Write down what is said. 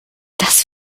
das